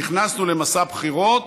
נכנסנו למסע בחירות,